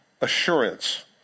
assurance